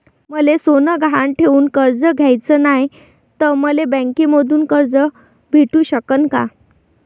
मले सोनं गहान ठेवून कर्ज घ्याचं नाय, त मले बँकेमधून कर्ज भेटू शकन का?